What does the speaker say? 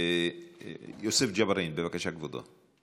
יוסף ג'בארין, בבקשה, כבודו.